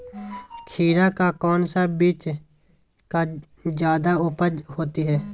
खीरा का कौन सी बीज का जयादा उपज होती है?